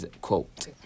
quote